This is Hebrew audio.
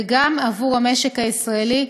וגם עבור המשק הישראלי,